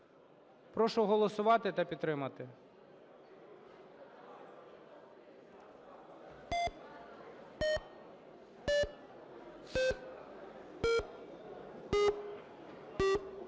Прошу голосувати та підтримати.